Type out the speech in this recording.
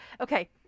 Okay